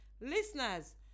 listeners